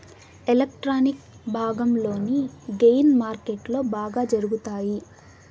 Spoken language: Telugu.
ఎలక్ట్రానిక్ భాగంలోని గెయిన్ మార్కెట్లో బాగా జరుగుతాయి